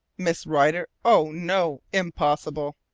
miss rider oh, no, impossible!